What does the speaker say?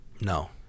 No